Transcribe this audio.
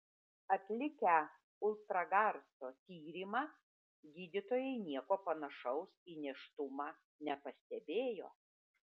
atlikę ultragarso tyrimą gydytojai nieko panašaus į nėštumą nepastebėjo